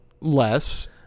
less